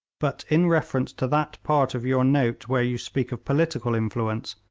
but in reference to that part of your note where you speak of political influence,